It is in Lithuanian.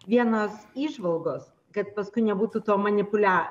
vienos įžvalgos kad paskui nebūtų to manipulia